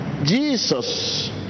jesus